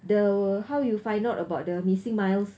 the how you find out about the missing miles